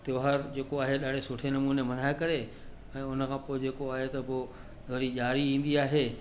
त्योहार जेको आहे ॾाढे सुठे नमूने मल्हाए करे ऐं उन खां पोइ जेको आहे त पोइ वरी ॾियारी ईंदी आहे